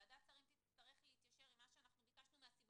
ועדת השרים תצטרך להתיישר עם מה שאנחנו ביקשנו מהסיבה